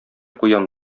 куян